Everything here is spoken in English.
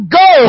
go